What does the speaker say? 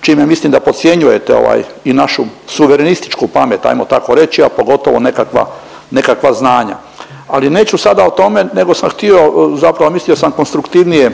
čime mislim da podcjenjujete ovaj i našu suverenističku pamet, ajmo tako reći, a pogotovo nekakva znanja. Ali neću sada o tome, nego sam htio zapravo, mislio sam konstruktivnije